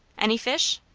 any fish?